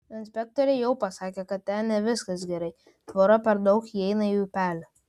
inspektoriai jau pasakė kad ten ne viskas gerai tvora per daug įeina į upelį